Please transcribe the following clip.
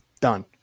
Done